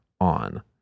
on